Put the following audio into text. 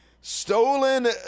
stolen